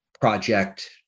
project